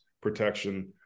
protection